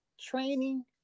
training